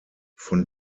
von